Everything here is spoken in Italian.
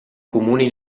comune